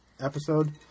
episode